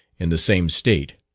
in the same state.